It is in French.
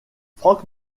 frank